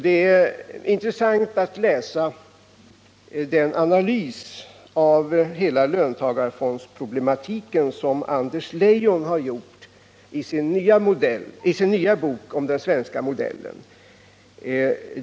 Det är intressant att läsa den analys av hela löntagarfondsproblematiken som Anders Leijon gjort i sin nya bok om den svenska modellen.